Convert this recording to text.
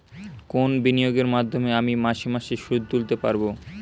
কোন বিনিয়োগের মাধ্যমে আমি মাসে মাসে সুদ তুলতে পারবো?